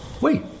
wait